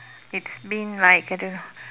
it's been like I don't know